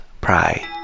pray